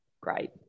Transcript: great